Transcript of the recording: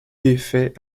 défait